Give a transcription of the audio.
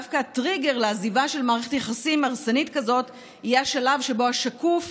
דווקא הטריגר לעזיבה של מערכת יחסים הרסנית כזאת יהיה השלב שבו השקוף